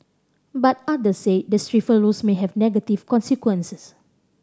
but others said the stiffer rules may have negative consequences